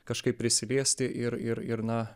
kažkaip prisiliesti ir ir ir na